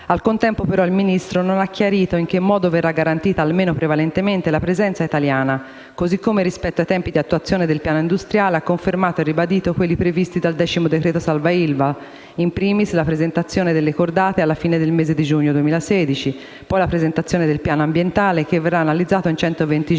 Al contempo, però, il Ministro non ha chiarito in che modo verrà garantita, almeno prevalentemente, la presenza italiana; così come, rispetto ai tempi di attuazione del piano industriale, ha confermato e ribadito quelli previsti dal decimo decreto-legge salva ILVA: *in primis* la presentazione delle cordate alla fine del mese di giugno 2016, poi la presentazione del piano ambientale, che verrà analizzato in centoventi